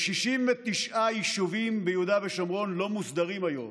ב-69 יישובים ביהודה ושומרון שלא מוסדרים היום.